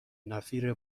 نفیر